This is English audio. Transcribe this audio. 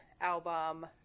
album